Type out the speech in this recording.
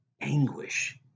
anguish